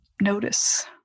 notice